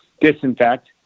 disinfect